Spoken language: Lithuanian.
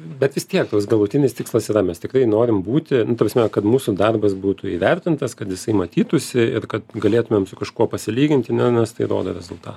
bet vis tiek toks galutinis tikslas yra mes tikrai norim būti nu ta prasme kad mūsų darbas būtų įvertintas kad jisai matytųsi ir kad galėtumėm su kažkuo pasilyginti nu nes tai rodo rezulta